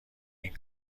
این